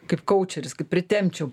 kaip kaučeris kaip pritempčiau